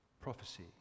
prophecy